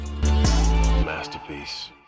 Masterpiece